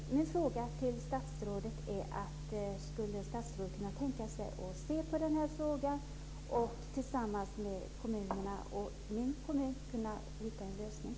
Min fråga till statsrådet är: Skulle statsrådet kunna tänka sig att se på den här frågan för att tillsammans med kommunerna, och min kommun, hitta en lösning?